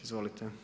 Izvolite.